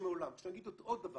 אני אגיד עוד דבר,